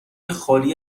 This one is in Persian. خالی